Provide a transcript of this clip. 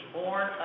born